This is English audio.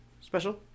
special